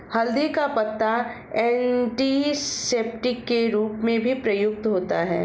हल्दी का पत्ता एंटीसेप्टिक के रूप में भी प्रयुक्त होता है